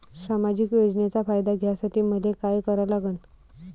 सामाजिक योजनेचा फायदा घ्यासाठी मले काय लागन?